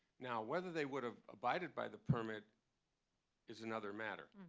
now, whether they would have abided by the permit is another matter.